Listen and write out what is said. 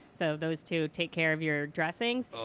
so those two take care of your dressings.